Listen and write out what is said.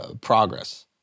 progress